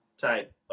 type